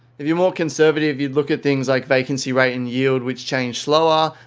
if you're more conservative, you'd look at things like vacancy rate and yield, which change slower.